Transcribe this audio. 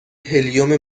هلیوم